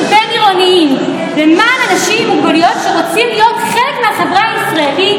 בין-עירוניים למען אותם אנשים שרוצים להיות חלק מהחברה הישראלית,